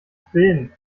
filmen